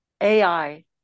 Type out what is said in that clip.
AI